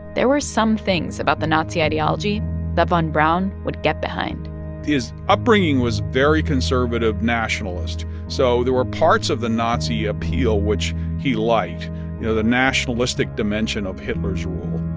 there were some things about the nazi ideology that von braun would get behind his upbringing was very conservative nationalist. so there were parts of the nazi appeal which he liked you know, the nationalistic dimension dimension of hitler's rule.